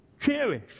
Cherish